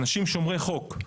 אנשים שומרי חוק.